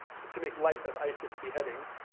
to make light of isis beheadings,